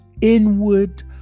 inward